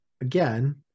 again